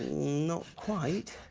not quite.